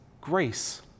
grace